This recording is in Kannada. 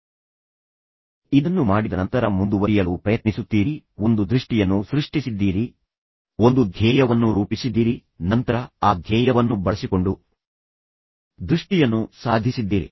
ಈಗ ಒಮ್ಮೆ ನೀವು ಇದನ್ನು ಮಾಡಿದ ನಂತರ ನೀವು ಮುಂದುವರಿಯಲು ಪ್ರಯತ್ನಿಸುತ್ತೀರಿ ನೀವು ಒಂದು ದೃಷ್ಟಿಯನ್ನು ಸೃಷ್ಟಿಸಿದ್ದೀರಿ ನೀವು ಒಂದು ಧ್ಯೇಯವನ್ನು ರೂಪಿಸಿದ್ದೀರಿ ನಂತರ ನೀವು ಆ ಧ್ಯೇಯವನ್ನು ಬಳಸಿಕೊಂಡು ನಿಮ್ಮ ದೃಷ್ಟಿಯನ್ನು ಸಾಧಿಸಿದ್ದೀರಿ